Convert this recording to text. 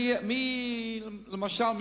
למשל,